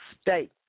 State